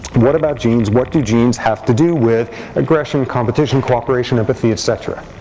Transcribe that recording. what about genes? what do genes have to do with aggression, competition, cooperation, empathy, et cetera?